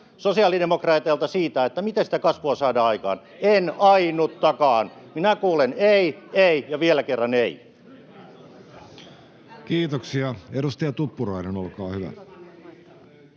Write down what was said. sosiaalidemokraateilta, miten sitä kasvua saadaan aikaan — en ainuttakaan. Minä kuulen ei, ei ja vielä kerran ei. Kiitoksia. — Edustaja Tuppurainen, olkaa hyvä.